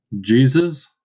Jesus